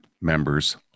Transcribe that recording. members